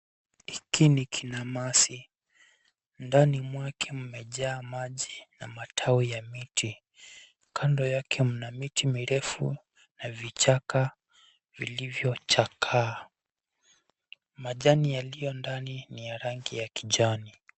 Hiki ni kinamasi. Ndani mwake mmejaa maji na matawi ya miti. Kando yake mna miti mirefu na vichaka vilivyochakaa. Majani yaliyo ndani ni ya rangi ya kijani.